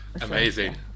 Amazing